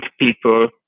people